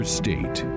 state